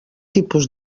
tipus